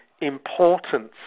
importance